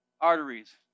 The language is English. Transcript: arteries